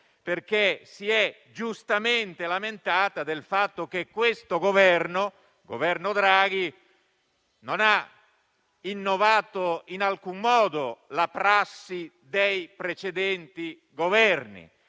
perché si è giustamente lamentato del fatto che questo Governo, il Governo Draghi, non ha innovato in alcun modo la prassi dei precedenti Governi,